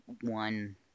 one